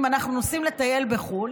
אם אנחנו נוסעים לטייל בחו"ל,